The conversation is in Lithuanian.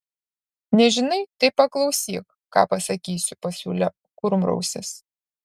nežinai tai paklausyk ką pasakysiu pasiūlė kurmrausis